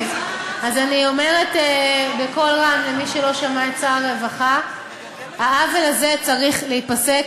אני אומרת בקול רם למי שלא שמע את שר הרווחה: "העוול הזה צריך להיפסק",